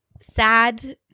Sad